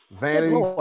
Vanity